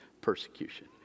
persecution